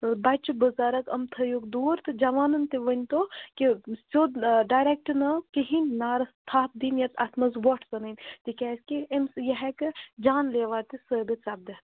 بَچہٕ بُزرٕگ یِم تھٲیوُکھ دور تہٕ جوانَن تہِ ؤنۍتو کہِ سیوٚد ڈایرَکٹ ناو کِہیٖنۍ نارَس تھَپھ دِنۍ یا اَتھ منٛز وۄٹھ ژھٕنٕنۍ تِکیٛازِ کہِ أمۍ یہِ ہٮ۪کہٕ جان لیوا تہِ ثٲبِت سَپدِتھ